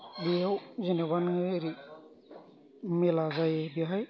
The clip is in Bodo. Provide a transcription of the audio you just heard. बेयाव जेनेबा नोङो एरै मेला जायो बेहाय